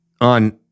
on